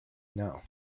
know